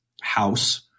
house